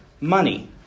money